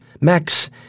Max